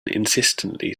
insistently